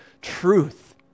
truth